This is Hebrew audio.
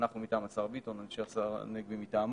אנחנו מטעם השר ביטון, אנשים השר הנגבי מטעמו,